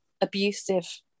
abusive